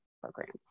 programs